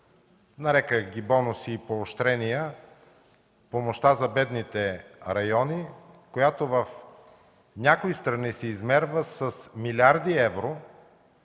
нарекох бонуси и поощрения помощта за бедните райони, която в някои страни се измерва с милиарди евро,